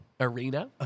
Arena